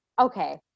okay